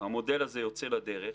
והוא יוצא לדרך.